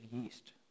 yeast